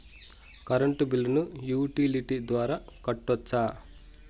Current బిల్లును utility ద్వారా కట్టొచ్చా?